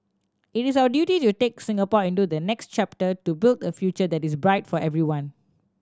it is our duty to take Singapore into the next chapter to build a future that is bright for everyone